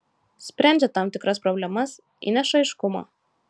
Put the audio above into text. sprendžia tam tikras problemas įneša aiškumo